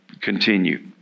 continue